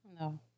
No